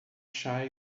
chá